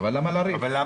אבל למה לריב?